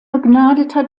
begnadeter